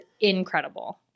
incredible